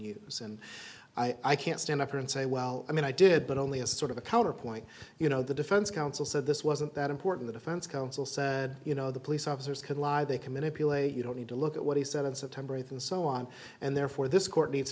use and i can't stand up and say well i mean i did but only as a sort of a counterpoint you know the defense counsel said this wasn't that important the defense counsel said you know the police officers could lie they committed pilate you don't need to look at what he said on september eighth and so on and therefore this court needs